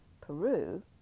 Peru